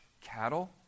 cattle